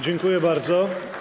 Dziękuję bardzo.